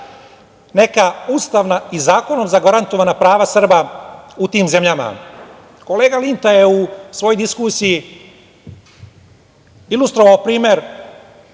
neka ustavna i zakonom zagarantovana prava Srba u tim zemljama. Kolega Linta je u svojoj diskusiji ilustrovao primer